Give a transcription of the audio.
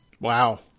Wow